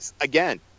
Again